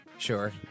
Sure